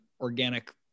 organic